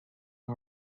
and